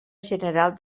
general